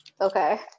Okay